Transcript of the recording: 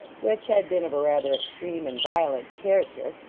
which had been of a rather extreme and violent character,